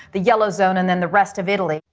the yellow zone and then the rest of italy.